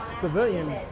civilian